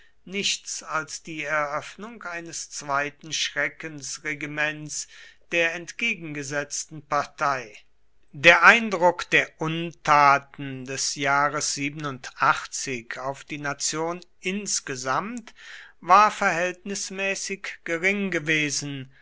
nichts als die eröffnung eines zweiten schreckensregiments der entgegengesetzten partei der eindruck der untaten des jahres auf die nation insgesamt war verhältnismäßig gering gewesen